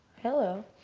hello.